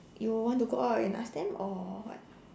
you want to go out and ask them or what